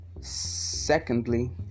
Secondly